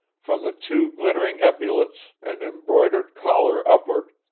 from the two glittering epaulets and embroidered collar upward,